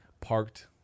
parked